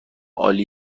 عالی